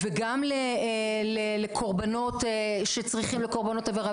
גם לקורבנות שצריכים לקורבנות עבירה,